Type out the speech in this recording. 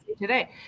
today